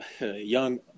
young